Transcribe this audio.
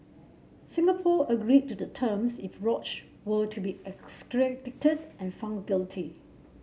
Singapore agreed to the terms if Roach were to be extradited and found guilty